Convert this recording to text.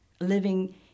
living